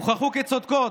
הוכחו כצודקות.